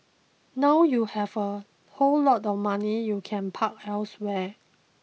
now you have a whole lot of money you can park elsewhere